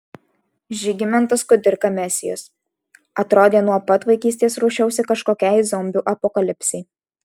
žygimantas kudirka mesijus atrodė nuo pat vaikystės ruošiausi kažkokiai zombių apokalipsei